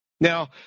Now